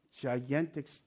gigantic